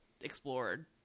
explored